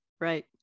Right